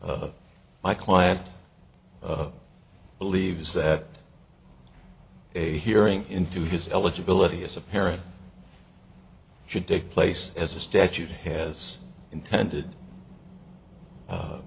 said my client believes that a hearing into his eligibility as a parent should take place as a statute has intended